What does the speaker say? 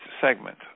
segment